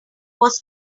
was